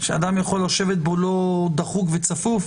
שאדם יכול לשבת בו לא דחוק וצפוף?